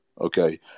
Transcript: Okay